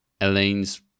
Elaine's